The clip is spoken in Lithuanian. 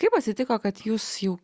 kaip atsitiko kad jūs jau